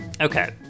Okay